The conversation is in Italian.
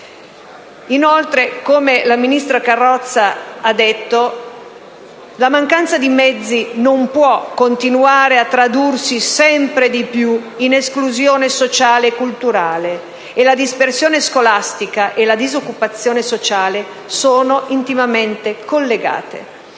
Inoltre, come la ministra Carrozza ha detto, la mancanza di mezzi non può continuare a tradursi sempre di più in esclusione sociale e culturale, e la dispersione scolastica e la disoccupazione sociale sono intimamente collegate.